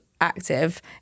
active